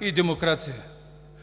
към демокрация.